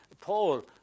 Paul